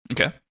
Okay